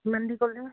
কিমান দিব ক'লে